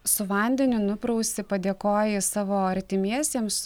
su vandeniu nuprausi padėkoji savo artimiesiems